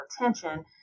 attention